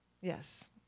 Yes